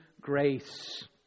grace